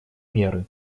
меры